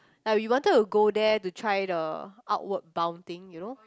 like we wanted to go there to try the outward bound thing you know